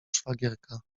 szwagierka